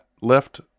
left